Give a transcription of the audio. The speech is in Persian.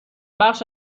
بخش